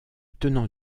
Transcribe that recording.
tenant